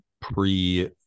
pre